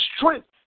strength